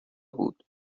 بود